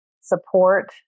support